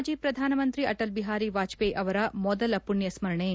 ಮಾಜಿ ಪ್ರಧಾನಮಂತ್ರಿ ಅಟಲ್ ಬಿಹಾರಿ ವಾಜಪೇಯಿ ಅವರ ಮೊದಲ ಪುಣ್ಣ ಸ್ತರಣೆ ಇಂದು